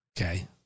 Okay